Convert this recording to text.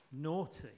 naughty